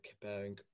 comparing